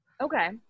Okay